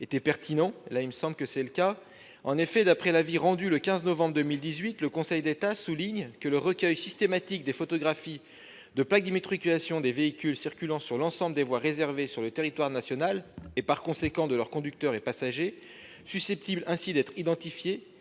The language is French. étaient pertinentes ; je pense que c'est le cas ici. Dans son avis rendu le 15 novembre 2018, le Conseil d'État indique :« Le recueil systématique des photographies de plaques d'immatriculation des véhicules circulant sur l'ensemble des voies réservées sur le territoire national, et par conséquent, de leurs conducteurs et passagers, susceptibles ainsi d'être identifiés,